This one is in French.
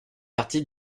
partie